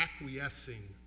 acquiescing